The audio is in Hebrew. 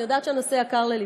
אני יודעת שהנושא יקר ללבך.